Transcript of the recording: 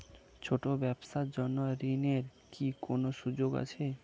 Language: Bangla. ছোট ব্যবসার জন্য ঋণ এর কি কোন সুযোগ আছে?